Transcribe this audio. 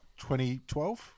2012